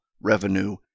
revenue